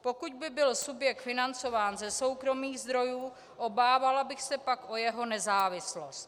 Pokud by byl subjekt financován ze soukromých zdrojů, obávala bych se pak o jeho nezávislost.